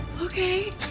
Okay